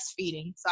breastfeeding